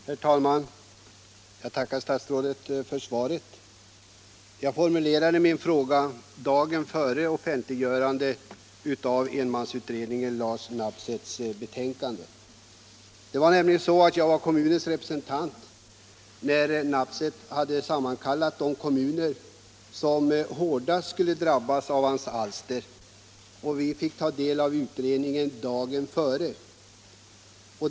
Herr talman! Jag tackar statsrådet för svaret. Jag formulerade min fråga dagen före offentliggörandet av enmansutredaren Lars Nabseths betänkande. Jag var nämligen kommunens representant, när Nabseth sammankallat representanterna för de kommuner som hårdast skulle drabbas av hans alster, och vi fick ta del av utredningen dagen före.